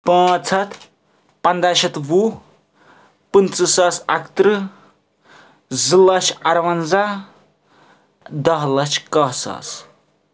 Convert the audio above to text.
پانٛژھ ہتھ پَنٛداہ شیٚتھ وُہ پٕنٛژٕہ ساس اَکترٕہ زٕ لچھ اَروَنزاہ دہ لچھ کاہہ ساس